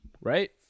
Right